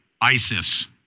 isis